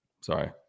Sorry